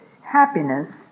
happiness